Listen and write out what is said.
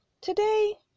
today